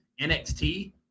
NXT